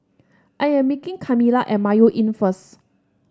I am meeting Kamila at Mayo Inn first